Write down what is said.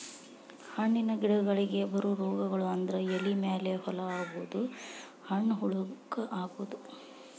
ಹಣ್ಣಿನ ಗಿಡಗಳಿಗೆ ಬರು ರೋಗಗಳು ಅಂದ್ರ ಎಲಿ ಮೇಲೆ ಹೋಲ ಆಗುದು, ಹಣ್ಣ ಹುಳಕ ಅಗುದು